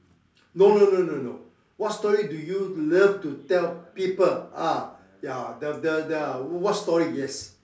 no no no no no what story do you love to tell people ah ya the the the what story yes